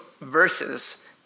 verses